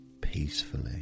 peacefully